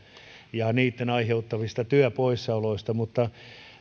ja niitten aiheuttamista työpoissaoloista mutta